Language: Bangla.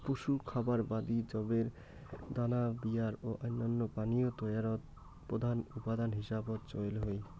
পশু খাবার বাদি যবের দানা বিয়ার ও অইন্যান্য পানীয় তৈয়ারত প্রধান উপাদান হিসাবত চইল হয়